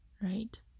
right